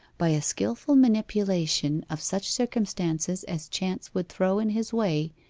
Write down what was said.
by a skilful manipulation of such circumstances as chance would throw in his way,